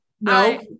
no